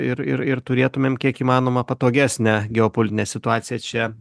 ir ir ir turėtumėm kiek įmanoma patogesnę geopolitinę situaciją čia